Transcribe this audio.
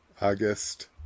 August